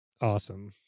awesome